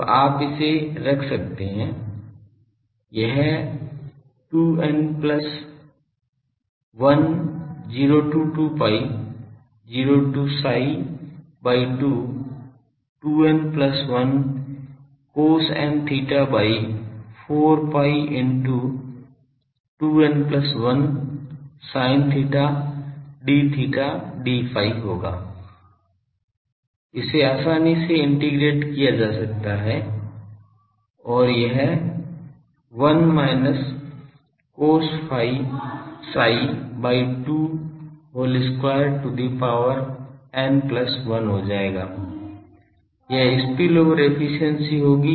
तो आप इसे रख सकते हैं यह 2 n plus 1 0 to 2 pi 0 to psi by 2 2 n plus 1 cos n theta by 4 pi into 2 n plus 1 sin theta d theta d phi होगा इसे आसानी से इंटीग्रेशन किया जा सकता है और यह 1 minus cos psi by 2 whole to the power n plus 1 हो जाएगा यह स्पिलओवर एफिशिएंसी होगी